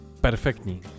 perfektní